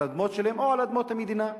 על אדמות שלהם או על אדמות המדינה,